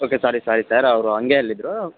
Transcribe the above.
okay sorry sorry sir ಅವರು ಹಂಗೆ ಹೇಳಿದ್ರು